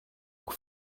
pour